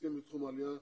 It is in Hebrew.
שעוסקים בתחום העלייה,